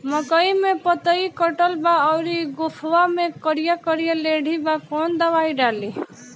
मकई में पतयी कटल बा अउरी गोफवा मैं करिया करिया लेढ़ी बा कवन दवाई डाली?